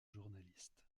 journaliste